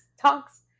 talks